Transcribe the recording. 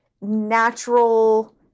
natural